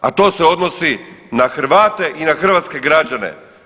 A to se odnosi na Hrvate i hrvatske građane.